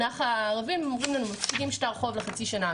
הערבים אומרים לנו שהם מפקידים שטר חוב לחצי שנה,